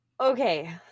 Okay